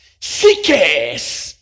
Seekers